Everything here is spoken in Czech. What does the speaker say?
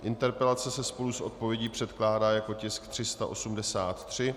Interpelace se spolu s odpovědí předkládá jako tisk 383.